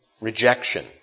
rejection